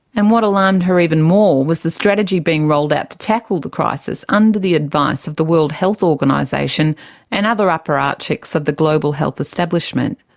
and what alarmed her even more was the strategy being rolled out to tackle the crisis under the advice of the world health organisation and other apparatchiks of the global health establishment.